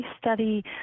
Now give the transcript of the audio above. study